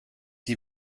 die